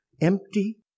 empty